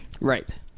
right